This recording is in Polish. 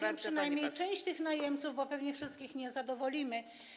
Chodzi przynajmniej o część tych najemców, bo pewnie wszystkich nie zadowolimy.